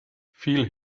viel